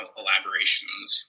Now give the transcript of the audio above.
elaborations